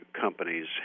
companies